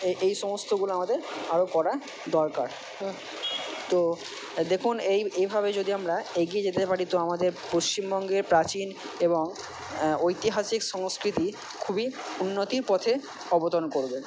এ এই সমস্তগুলো আমাদের আরও করা দরকার তো দেখুন এই এইভাবে যদি আমরা এগিয়ে যেতে পারি তো আমাদের পশ্চিমবঙ্গে প্রাচীন এবং ঐতিহাসিক সংস্কৃতি খুবই উন্নতির পথে অবতরণ করবে